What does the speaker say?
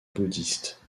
bouddhiste